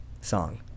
song